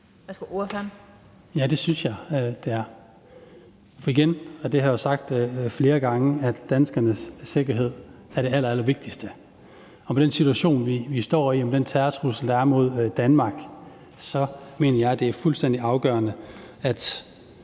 Ja, det synes jeg det er. Igen vil jeg sige, og det har jeg jo sagt flere gange, at danskernes sikkerhed er det allerallervigtigste, og med hensyn til den situation, vi står i, og den terrortrussel, der er mod Danmark, så mener jeg, det er fuldstændig afgørende, at